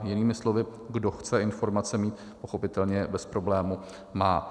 Jinými slovy, kdo chce informace mít, pochopitelně je bez problému má.